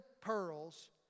pearls